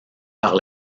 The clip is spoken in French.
par